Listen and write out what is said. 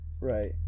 Right